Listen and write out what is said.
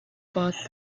bus